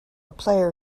player